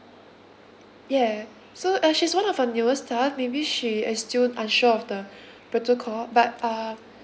yeah so uh she's one of our newer staff maybe she is still unsure of the protocol but uh